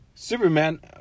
Superman